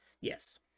Yes